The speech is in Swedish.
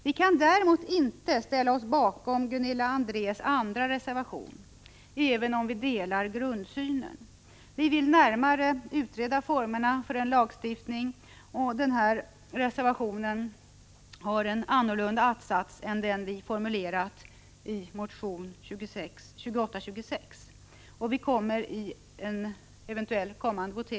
Vi kan däremot inte ställa oss bakom Gunilla Andrés andra reservation, även om vi delar grundsynen. Vi vill närmare utreda formerna för en lagstiftning, och denna reservation har en annorlunda att-sats än den vi formulerat i motion 1984/85:2826.